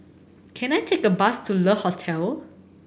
can I take a bus to Le Hotel